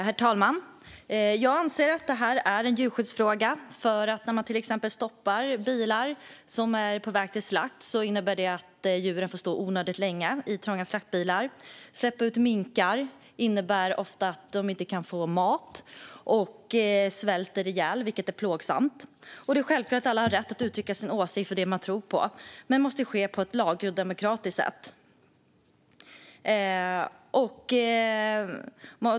Herr talman! Jag anser att detta är en djurskyddsfråga. När man till exempel stoppar bilar som är på väg till slakt innebär det nämligen att djuren får stå onödigt länge i trånga slaktbilar. När man släpper ut minkar innebär det ofta att de inte kan få mat utan svälter ihjäl, vilket är plågsamt. Alla har självklart rätt att uttrycka sin åsikt och visa vad de tror på, men det måste ske på ett lagligt och demokratiskt sätt.